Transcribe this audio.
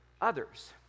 others